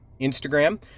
Instagram